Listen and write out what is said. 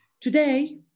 Today